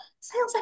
sales